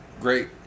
Great